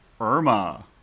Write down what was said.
irma